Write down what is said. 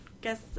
guess